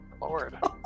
Lord